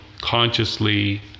consciously